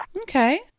Okay